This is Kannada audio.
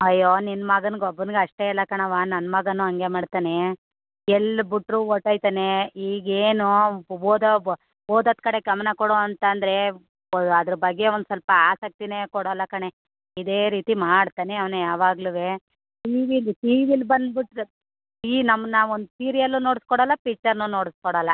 ಅಯ್ಯೋ ನಿನ್ನ ಮಗನ್ಗೆ ಒಬ್ಬನ್ಗೆ ಅಷ್ಟೇ ಅಲ್ಲ ಕಣವ್ವ ನನ್ನ ಮಗನೂ ಹಂಗೇ ಮಾಡ್ತಾನೆ ಎಲ್ಲಿ ಬಿಟ್ರು ಹೊರ್ಟೊಯ್ತಾನೆ ಈಗೇನು ಓದು ಬ ಓದೋದ್ ಕಡೆ ಗಮನ ಕೊಡೊ ಅಂತಂದರೆ ಅದ್ರ ಬಗ್ಗೆ ಒಂದು ಸ್ವಲ್ಪ ಆಸಕ್ತಿನೇ ಕೊಡೋಲ್ಲ ಕಣೇ ಇದೇ ರೀತಿ ಮಾಡ್ತಾನೇ ಅವನೆ ಯಾವಾಗ್ಲು ಟೀ ವಿಲಿ ಸೀರಿಯಲ್ ಬಂದು ಬಿಟ್ರೆ ಈ ನಮ್ಮ ನಾವು ಒಂದು ಸೀರಿಯಲ್ಲೂ ನೋಡಿಸ್ಕೊಡಲ್ಲ ಪಿಚ್ಚರ್ನ್ನೂ ನೋಡಿಸ್ಕೊಡಲ್ಲ